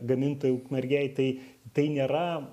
gamintojai ukmergėj tai tai nėra